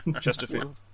Chesterfield